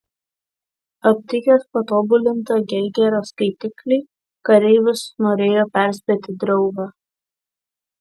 aptikęs patobulintą geigerio skaitiklį kareivis norėjo perspėti draugą